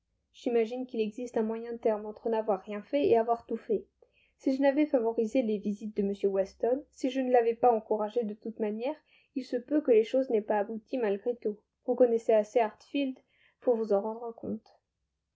j'imagine qu'il existe un moyen terme entre n'avoir rien fait et avoir tout fait si je n'avais favorisé les visites de m weston si je ne l'avais pas encouragé de toute manière il se peut que les choses n'aient pas abouti malgré tout vous connaissez assez hartfield pour vous en rendre compte